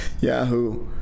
Yahoo